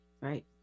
Right